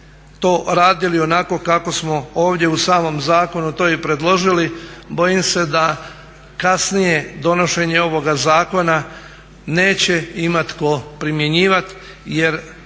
to radili onako kako smo ovdje u samom zakonu to i predložili bojim se da kasnije donošenje ovoga zakona neće imati tko primjenjivati jer